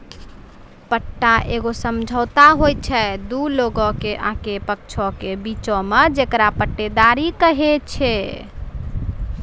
पट्टा एगो समझौता होय छै दु लोगो आकि पक्षों के बीचो मे जेकरा पट्टेदारी कही छै